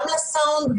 גם לסאונד,